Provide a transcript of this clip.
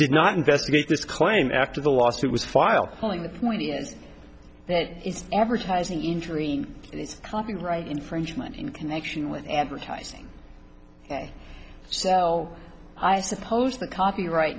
did not investigate this claim after the lawsuit was filed calling the point is that it is advertising injury copyright infringement in connection with advertising ok so i suppose the copyright